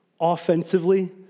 offensively